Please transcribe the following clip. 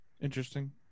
Interesting